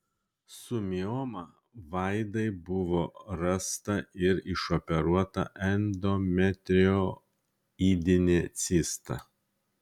su mioma vaidai buvo rasta ir išoperuota endometrioidinė cista